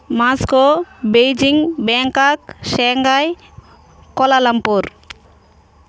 Moscow Beijing Bangkok Shanghai Kuala Lumpur